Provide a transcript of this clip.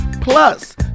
plus